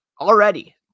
already